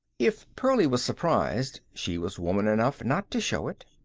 if pearlie was surprised, she was woman enough not to show it.